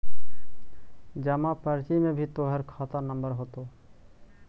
जमा पर्ची में भी तोहर खाता नंबर होतो